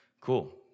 Cool